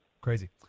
Crazy